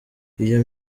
iyo